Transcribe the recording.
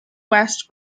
west